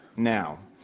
now,